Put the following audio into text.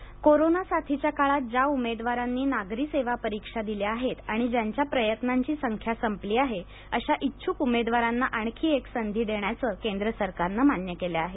न्याया corona साथीच्या काळात ज्या उमेदवारांनी नागरी सेवा परीक्षा दिल्या आहेत आणि ज्यांच्या प्रयत्नांची संख्या संपली आहे अशा ईच्छुक उमेदवारांना आणखी एक संधी देण्याच केंद्र सरकारने मान्य केलं आहे